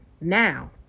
now